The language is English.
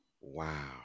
Wow